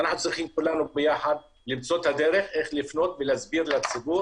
אנחנו צריכים כולנו ביחד למצוא את הדרך איך לפנות ולהסביר לציבור